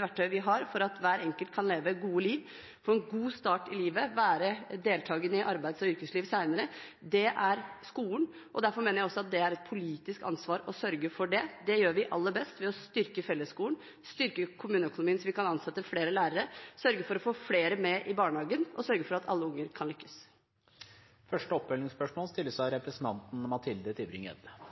verktøyet vi har for at hver enkelt kan leve et godt liv, få en god start i livet og være deltagende i arbeids- og yrkesliv senere, er utdanning og skole. Derfor mener jeg også at det er et politisk ansvar å sørge for det. Det gjør vi aller best ved å styrke fellesskolen, styrke kommuneøkonomien så vi kan ansette flere lærere, sørge for å få flere med i barnehagen og sørge for at alle unger kan lykkes. Mathilde Tybring-Gjedde – til oppfølgingsspørsmål.